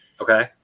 Okay